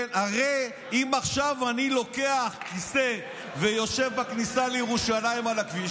הרי אם עכשיו אני לוקח כיסא ויושב בכניסה לירושלים על הכביש,